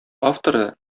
авторы